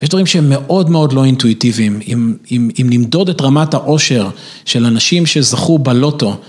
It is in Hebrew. יש דברים שמאוד מאוד לא אינטואיטיביים. אם נמדוד את רמת האושר של אנשים שזכו בלוטו...